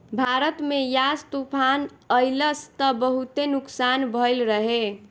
भारत में यास तूफ़ान अइलस त बहुते नुकसान भइल रहे